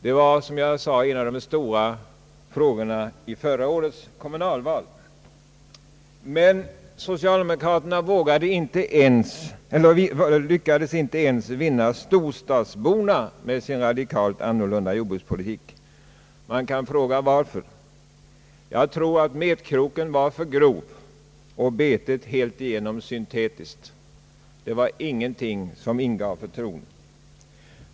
Den var, såsom jag nämnt, en av de stora frågorna i förra årets kommunalval, men socialdemokraterna lyckades inte ens vinna storstadsborna med sin radikalt annorlunda jordbrukspolitik. Man kan fråga sig varför. Jag tror att metkroken var för grov och betet alltigenom syntetiskt. Det var ingenting som ingav förtroende.